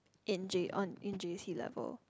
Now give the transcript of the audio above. in J on in J_C level